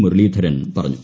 മുരളീധരൻ പറഞ്ഞു